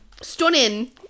stunning